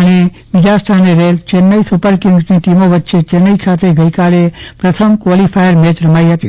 અને બીજા સ્થાને રહેલ ચેન્નાઈ સુપર કિંગ્સની ટીમો વચ્ચે ચેન્નાઈ ખાતે ગઈકાલે પ્રથમ ક્વોલીફાયર મેચ રમાઈ હતી